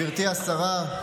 גברתי השרה,